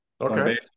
Okay